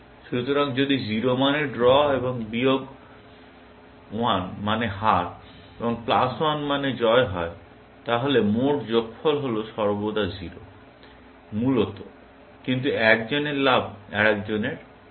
সুতরাং যদি 0 মানে ড্র এবং মাইনাস 1 মানে হার এবং প্লাস 1 মানে জয় হয় তাহলে মোট যোগফল হল সর্বদা 0 মূলত কিন্তু একজনের লাভ আরেকজনের ক্ষতি